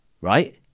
right